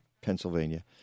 Pennsylvania